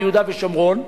ביהודה ושומרון,